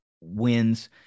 wins